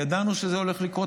ידענו שזה הולך לקרות,